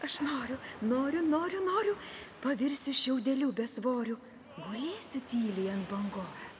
aš noriu noriu noriu noriu pavirsiu šiaudeliu besvoriu gulėsiu tyliai ant bangos